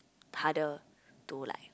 harder to like